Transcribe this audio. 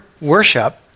worship